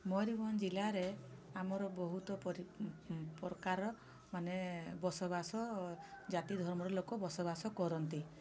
ମୟୂରଭଞ୍ଜ ଜିଲ୍ଲାରେ ଆମର ବହୁତ ପ୍ରକାର ମାନେ ବସବାସ ଜାତି ଧର୍ମର ଲୋକ ବସବାସ କରନ୍ତି